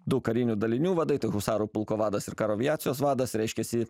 du karinių dalinių vadai tai husarų pulko vadas ir karo aviacijos vadas reiškiasi